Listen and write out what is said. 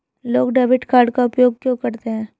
लोग debit card का उपयोग क्यों करते हैं?